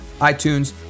iTunes